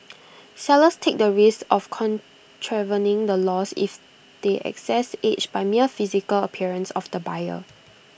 sellers take the risk of contravening the laws if they assess age by mere physical appearance of the buyer